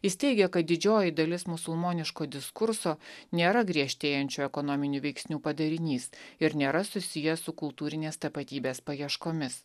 jis teigia kad didžioji dalis musulmoniško diskurso nėra griežtėjančių ekonominių veiksnių padarinys ir nėra susiję su kultūrinės tapatybės paieškomis